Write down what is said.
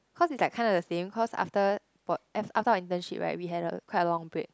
cause it's like kinda the same cause after for af~ after our internship right we had a quite a long break